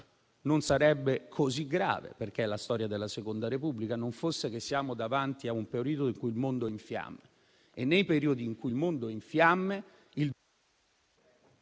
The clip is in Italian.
non sarebbe così grave - perché è la storia della seconda Repubblica - se non fosse che siamo davanti a un periodo in cui il mondo è in fiamme;